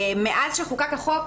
מאז שחוקק החוק,